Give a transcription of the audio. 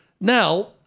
Now